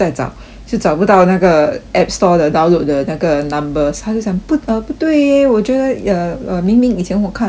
就找不到那个 app store 的 download 的那个 numbers 他就讲不 uh 不对 eh 我觉得 uh uh 明明以前我看得到那种